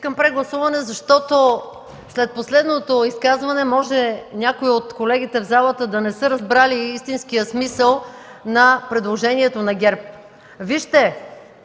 Искам прегласуване, защото след последното изказване може някои от колегите в залата да не са разбрали истинския смисъл на предложението на ГЕРБ. Вижте,